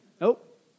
Nope